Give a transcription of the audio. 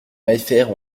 maillefert